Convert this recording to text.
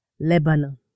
Lebanon